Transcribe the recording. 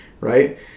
right